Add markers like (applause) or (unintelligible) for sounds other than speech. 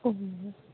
ખૂબ (unintelligible)